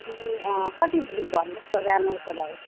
ए अँ कति भन्नोहुस् त जानु उसो भए